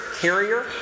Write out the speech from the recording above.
carrier